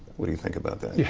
what do you think about that?